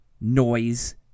noise